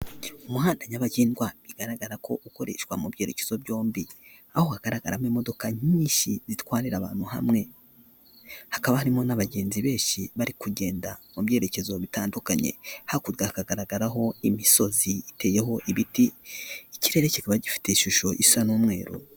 Umuhanda nyabagendwa igaragara ko ukoreshwa mu byerekezo byombi aho hagaragaramo imodoka nyinshi itwarira abantu hamwe, hakaba harimo n'abagenzi benshi bari kugenda mu byerekezo bitandukanye hakurya hagaragaraho imisozi iteyeho ibiti ikirere kikaba gifite ishusho isa n'umweru.